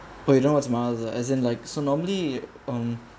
but you know what's miles as in like so normally um